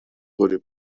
вскоре